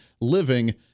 living